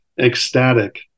ecstatic